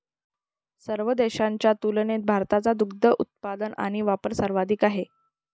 सर्व देशांच्या तुलनेत भारताचा दुग्ध उत्पादन आणि वापर सर्वाधिक आहे